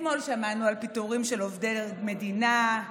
אתמול שמענו על פיטורים של עובדי מדינה,